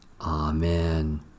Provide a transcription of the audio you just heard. Amen